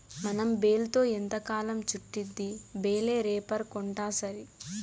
మనం బేల్తో ఎంతకాలం చుట్టిద్ది బేలే రేపర్ కొంటాసరి